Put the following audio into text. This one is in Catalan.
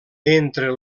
entre